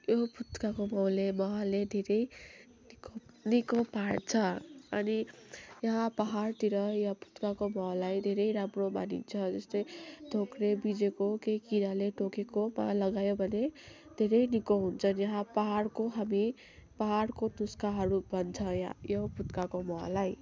यो पुत्काको महले धेरै निको पार्छ अनि यहाँ पहाडतिर यहाँ पुत्काको महलाई धेरै राम्रो मानिन्छ जस्तै धोक्रे बिझेको केही किराले टोकेकोमा लगायो भने धेरै निको हुन्छन् यहाँ पहाडको हामी पाहाडको टुसकाहरू यो पुत्काको महलाई